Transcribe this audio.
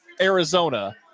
Arizona